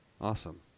Awesome